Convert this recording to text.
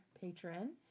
patron